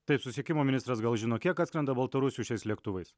taip susisiekimo ministras gal žino kiek atskrenda baltarusių šiais lėktuvais